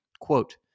Quote